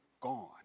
gone